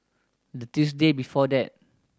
the Tuesday before that